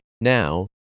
Now